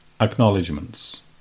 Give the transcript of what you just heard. Acknowledgements